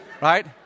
right